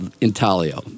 intaglio